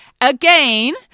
again